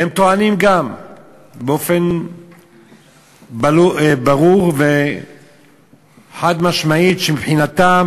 והם טוענים גם באופן ברור וחד-משמעי שמבחינתם